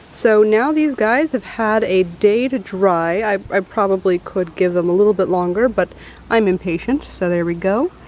so now these guys have had a day to dry. i probably could give them a little bit longer, but i'm impatient, so there we go.